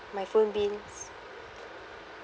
my phone bills